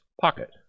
pocket